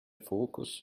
fokus